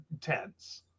tense